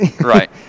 Right